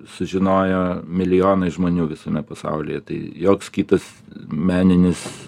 sužinojo milijonai žmonių visame pasaulyje tai joks kitas meninis